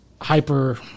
Hyper